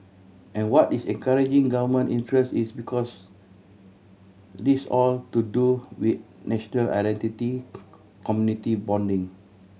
and what is encouraging Government interest is because this all to do with national identity community bonding